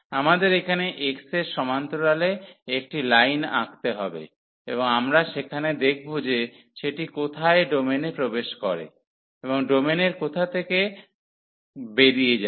আমাদের এখানে x এর সমান্তরালে একটি লাইন আঁকতে হবে এবং আমরা সেখানে দেখব যে সেটি কোথায় ডোমেনে প্রবেশ করে এবং ডোমেনের কোথা থেকে থেকে বেরিয়ে যায়